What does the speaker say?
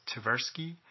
Tversky